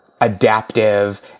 adaptive